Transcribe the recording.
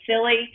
silly